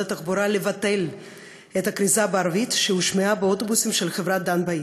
התחבורה לבטל את הכריזה בערבית שהושמעה באוטובוסים של חברת "דן" בעיר.